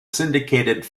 syndicated